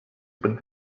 zbyt